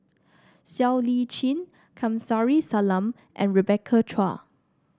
Siow Lee Chin Kamsari Salam and Rebecca Chua